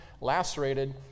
lacerated